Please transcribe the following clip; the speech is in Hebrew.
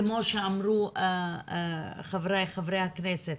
כמו שאמרו חבריי חברי הכנסת,